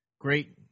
Great